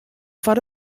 foar